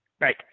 Right